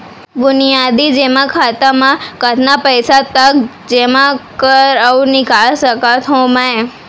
बुनियादी जेमा खाता म कतना पइसा तक जेमा कर अऊ निकाल सकत हो मैं?